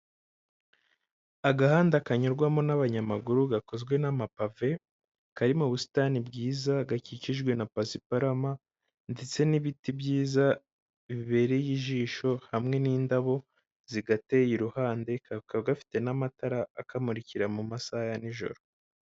Agahanda kanyurwamo n'abanyamaguru, gakozwe n'amapave, kari mu busitani bwiza, gakikijwe na pasiparama ndetse n'ibiti byiza bibereye ijisho, hamwe n'indabo zigateye iruhande, kakaba gafite n'amatara akamurikira mu masaha ya nijoro.